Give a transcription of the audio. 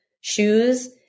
shoes